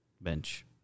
bench